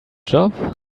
job